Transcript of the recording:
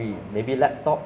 you know like